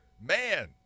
man